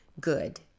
good